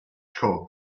straw